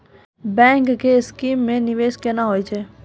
Bank के scheme मे निवेश केना होय छै?